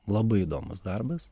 labai įdomus darbas